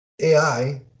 AI